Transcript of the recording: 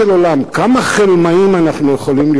כמה חלמאים אנחנו יכולים להיות בבית הזה.